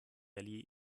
valley